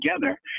together